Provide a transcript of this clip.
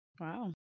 Wow